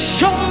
show